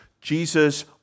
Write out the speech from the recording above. Jesus